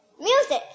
music